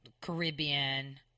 Caribbean